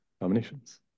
nominations